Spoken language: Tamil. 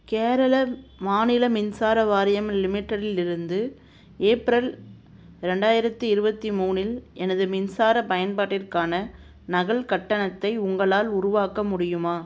கேரள மாநில மின்சார வாரியம் லிமிட்டெடில் இருந்து ஏப்ரல் ரெண்டாயிரத்தி இருபத்தி மூணில் எனது மின்சார பயன்பாட்டிற்கான நகல் கட்டணத்தை உங்களால் உருவாக்க முடியுமா